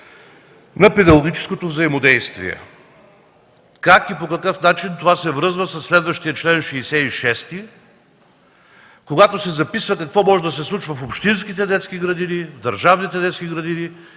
на педагогическото взаимодействие. Как и по какъв начин това се връзва със следващия чл. 66, когато се записва какво може да се случва в общинските детски градини, държавните детски градини